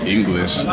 English